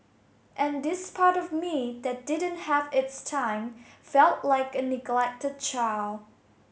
and this part of me that didn't have its time felt like a neglected child